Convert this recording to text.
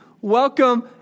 Welcome